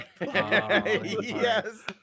Yes